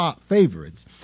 favorites